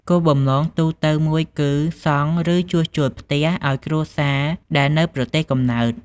គោលបំណងទូទៅមួយគឺសង់ ឬជួសជុលផ្ទះឱ្យគ្រួសារដែលនៅប្រទេសកំណើត។